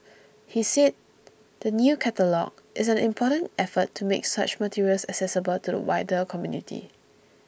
he said the new catalogue is an important effort to make such materials accessible to the wider community